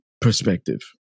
perspective